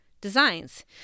designs